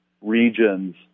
regions